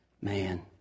Man